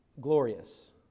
glorious